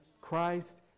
Christ